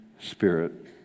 spirit